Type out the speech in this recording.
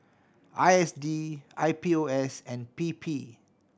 I S D I P O S and P P